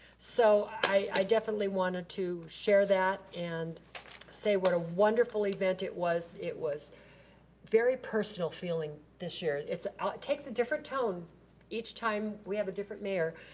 so i definitely wanted to share that and say what a wonderful event it was, it was very personal feeling this year. ah it takes a different tone each time we have a different mayor,